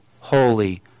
holy